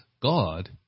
God